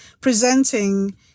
presenting